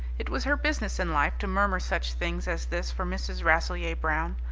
it was her business in life to murmur such things as this for mrs. rasselyer-brown.